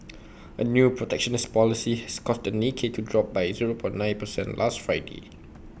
A new protectionist policy has caused the Nikkei to drop by zero per nine percent last Friday